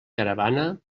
caravana